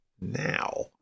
now